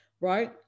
right